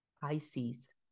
Pisces